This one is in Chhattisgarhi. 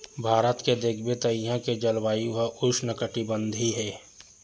भारत के देखबे त इहां के जलवायु ह उस्नकटिबंधीय हे